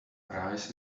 rice